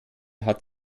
hat